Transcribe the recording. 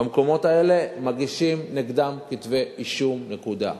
במקומות האלה, מגישים נגדם כתבי אישום, נקודה.